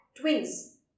twins